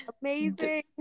amazing